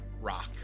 rock